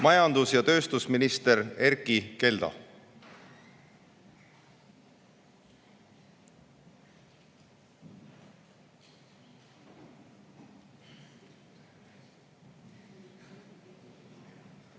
Majandus- ja tööstusminister Erkki Keldo.